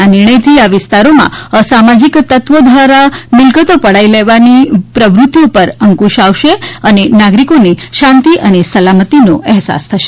આ નિર્ણયથી આ વિસ્તારોમાં અસામાજિક તત્વો દ્વારા મિલકતો પડાવી લેવાની પ્રવૃતિઓ પર અંકુશ આવશે અને નાગરિકોને શાંતિ સલામતીનો અહેસાસ થશે